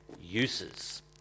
uses